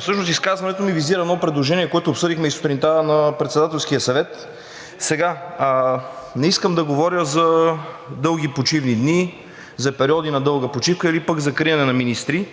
Всъщност изказването ми визира едно предложение, което обсъдихме и сутринта на Председателския съвет. Не искам да говоря за дълги почивни дни, за периоди на дълга почивка или пък за криене на министри.